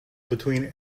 between